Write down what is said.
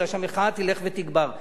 כי המחאה תלך ותגבר.